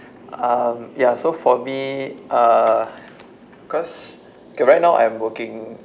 um ya so for me uh because okay right now I'm working